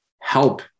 help